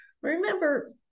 Remember